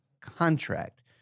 contract